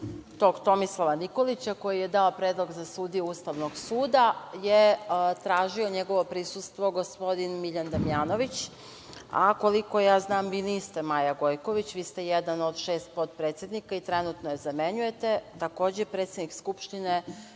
Tomislava Nikolića koji je dao predlog za sudije Ustavnog suda, je tražio njegovo prisustvo gospodin Miljan Damjanović, a koliko znam, vi niste Maja Gojković, vi ste jedan od šest potpredsednika, i trenutno je zamenjujete. Takođe, predsednik Skupštine